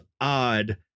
odd